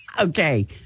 Okay